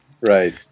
Right